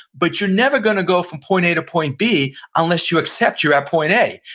but you're never going to go from point a to point b unless you accept you're at point a.